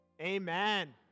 amen